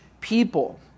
people